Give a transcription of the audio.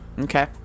Okay